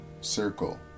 circle